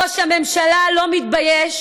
ראש הממשלה לא מתבייש,